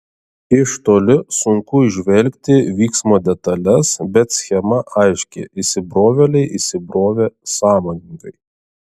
iš toli sunku įžvelgti vyksmo detales bet schema aiški įsibrovėliai įsibrovė sąmoningai